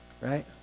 Right